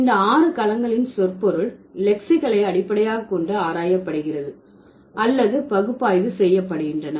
இந்த ஆறு களங்களின் சொற்பொருள் லெக்சிகளை அடிப்படையாக கொண்டு ஆராயப்படுகிறது அல்லது பகுப்பாய்வு செய்யப்படுகின்றன